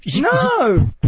No